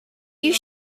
you